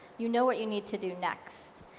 you know what you need to do next.